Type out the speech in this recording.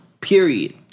Period